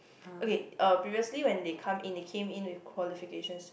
okay uh previously when they come in they came in with qualifications